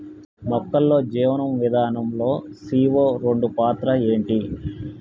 మొక్కల్లో జీవనం విధానం లో సీ.ఓ రెండు పాత్ర ఏంటి?